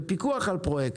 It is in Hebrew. לפיקוח על פרויקט.